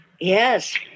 yes